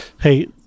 hey